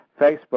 Facebook